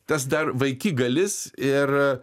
tas dar vaikigalis ir